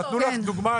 נתנו לך דוגמה,